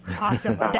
awesome